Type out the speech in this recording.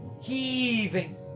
heaving